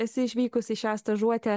esi išvykus į šią stažuotę